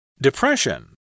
Depression